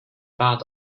bad